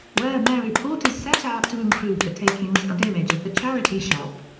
where mary portas set out to improve the takings and image of the charity shop.